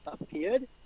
appeared